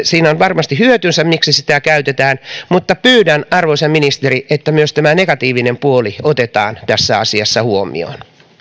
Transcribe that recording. siinä on varmasti hyötynsä miksi sitä käytetään mutta pyydän arvoisa ministeri että myös tämä negatiivinen puoli otetaan tässä asiassa huomioon